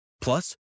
Plus